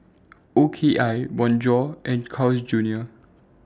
O K I Bonjour and Carl's Junior